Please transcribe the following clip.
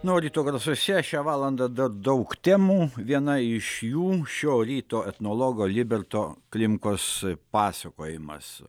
na o ryto garsuose šią valandą dar daug temų viena iš jų šio ryto etnologo liberto klimkos pasakojimas